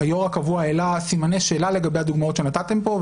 היו"ר הקבוע העלה סימני שאלה לגבי הדוגמאות שנתתם פה,